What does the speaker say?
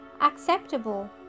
acceptable